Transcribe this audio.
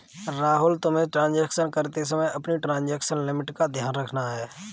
राहुल, तुम्हें ट्रांजेक्शन करते समय अपनी ट्रांजेक्शन लिमिट का ध्यान रखना चाहिए